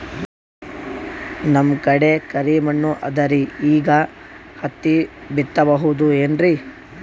ನಮ್ ಕಡೆ ಕರಿ ಮಣ್ಣು ಅದರಿ, ಈಗ ಹತ್ತಿ ಬಿತ್ತಬಹುದು ಏನ್ರೀ?